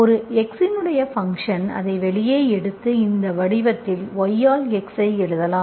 ஒரு x இன் function அதை வெளியே எடுத்து இந்த வடிவத்தில் y ஆல் x ஐ எழுதலாம்